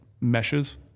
meshes